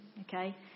okay